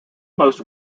most